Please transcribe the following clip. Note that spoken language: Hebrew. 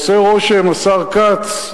עושה רושם, השר כץ,